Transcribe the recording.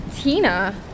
Tina